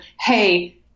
hey